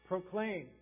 Proclaim